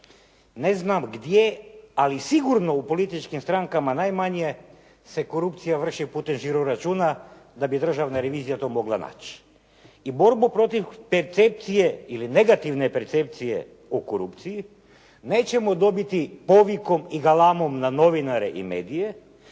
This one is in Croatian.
Ne znam gdje, ali sigurno u političkim strankama najmanje se korupcija vrši putem žiro računa da bi Državna revizija to mogla naći. I borbu protiv percepcije ili negativne percepcije u korupciji nećemo dobiti povikom i galamom na novinare i medije